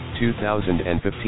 2015